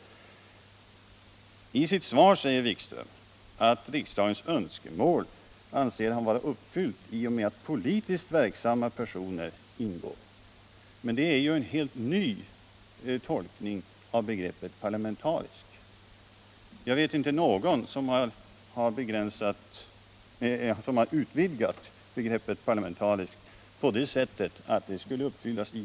Jan-Erik Wikström säger också i svaret att han anser — Nr 10 att riksdagens önskemål är uppfyllda i och med att politiskt verksamma personer ingår i kulturrådet. Men detta är en helt ny tolkning av begreppet parlamentarisk. Jag vet inte någon som har utvidgat begreppet parla= = mentarisk på det sätt Wikström gör här.